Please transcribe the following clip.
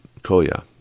Koya